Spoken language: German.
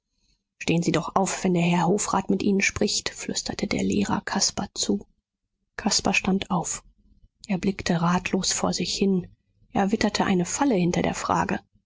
stehen sie doch auf wenn der herr hofrat mit ihnen spricht flüsterte der lehrer caspar zu caspar stand auf er blickte ratlos vor sich hin er witterte eine falle hinter der frage